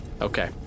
Okay